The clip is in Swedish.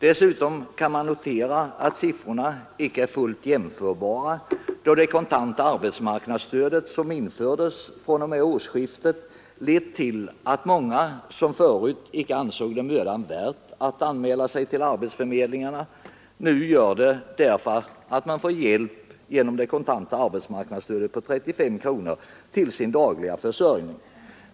Dessutom kan man notera att siffrorna icke är fullt jämförbara, då det kontanta arbetsmarknadsstödet som infördes vid årsskiftet har lett till att många som förut icke ansåg det mödan värt att anmäla sig till arbetsförmedlingarna nu gör det, därför att de då erhåller det kontanta arbetsmarknadsstödet på 35 kronor för sin dagliga försörjning.